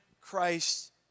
Christ